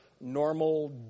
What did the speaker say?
normal